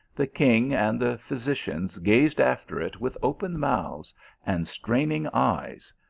the king and the physicians gazed after it with open mouths and straining eyes,